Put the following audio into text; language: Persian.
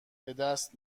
بدست